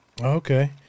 okay